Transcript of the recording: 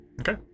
Okay